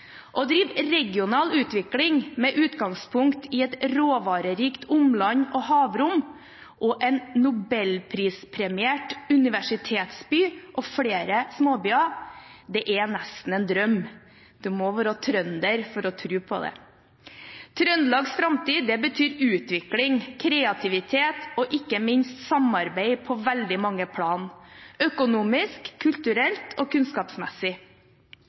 Å drive regional utvikling med utgangspunkt i et råvarerikt omland og havrom og en nobelprispremiert universitetsby og flere småbyer er nesten en drøm. Man må være trønder for å tro på det. Trøndelags framtid er utvikling, kreativitet og ikke minst samarbeid på veldig mange plan – økonomisk, kulturelt og kunnskapsmessig.